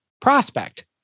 prospect